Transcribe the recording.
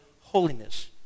holiness